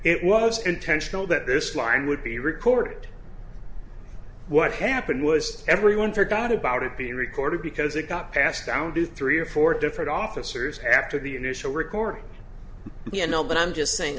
it was intentional that this line would be recorded what happened was everyone forgot about it being recorded because it got passed down to three or four different officers have to the initial record you know but i'm just saying